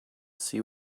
see